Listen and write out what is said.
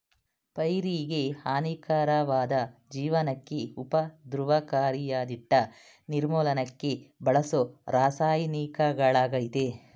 ಪೈರಿಗೆಹಾನಿಕಾರಕ್ವಾದ ಜನಜೀವ್ನಕ್ಕೆ ಉಪದ್ರವಕಾರಿಯಾದ್ಕೀಟ ನಿರ್ಮೂಲನಕ್ಕೆ ಬಳಸೋರಾಸಾಯನಿಕಗಳಾಗಯ್ತೆ